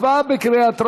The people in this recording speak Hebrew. הצבעה בקריאה טרומית.